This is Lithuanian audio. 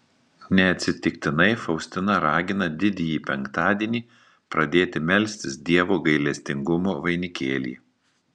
neatsitiktinai faustina ragina didįjį penktadienį pradėti melstis dievo gailestingumo vainikėlį